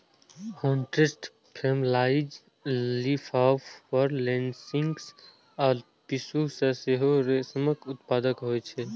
hornets, mayflies, leafhopper, lacewings आ पिस्सू सं सेहो रेशमक उत्पादन होइ छै